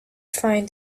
find